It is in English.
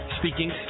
speaking